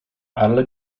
ale